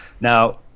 now